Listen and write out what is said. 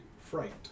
fright